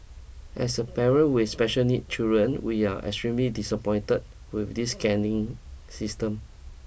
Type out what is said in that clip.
as a parent with special needs children we are extremely disappointed with this scanning system